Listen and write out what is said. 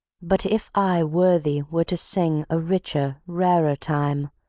but if i worthy were to sing a richer, rarer time,